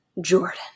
Jordan